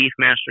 Beefmaster